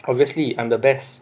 obviously I'm the best